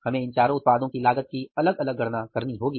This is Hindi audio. हमें इन चारों उत्पादों की लागत की अलग अलग गणना करनी होगी